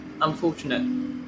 unfortunate